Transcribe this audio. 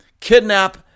kidnap